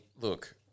look